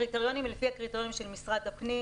הקריטריונים הם לפי הקריטריונים של משרד הפנים,